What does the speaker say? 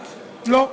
לא.